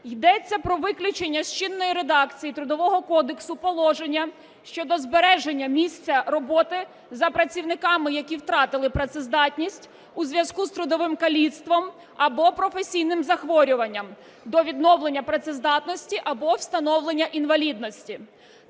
Йдеться про виключення з чинної редакції Трудового кодексу положення щодо збереження місця роботи за працівниками, які втратили працездатність у зв'язку з трудовим каліцтвом або професійним захворюванням, до відновлення працездатності або встановлення інвалідності.